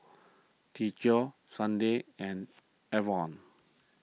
Teddie Sunday and Evon